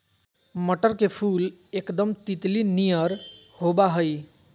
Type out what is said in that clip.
मटर के फुल एकदम तितली नियर होबा हइ